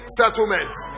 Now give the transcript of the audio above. settlements